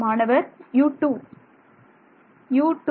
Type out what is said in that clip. மாணவர் U2 U2